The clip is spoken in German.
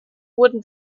wurden